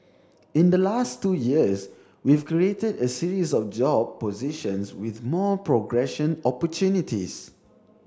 in the last two years we've created a series of job positions with more progression opportunities